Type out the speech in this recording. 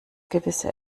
gewisse